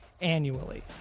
annually